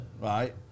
right